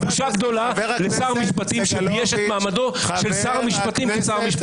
בושה גדולה לשר משפטים שבייש את מעמדו של שר המשפטים.